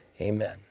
Amen